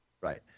Right